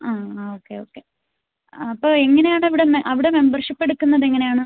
ആ ആ okay okay അപ്പോൾ എങ്ങനെയാണിവിടെ അവിടെ മെമ്പർഷിപ്പ് എടുക്കുന്നത് എങ്ങനെ ആണ്